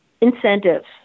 incentives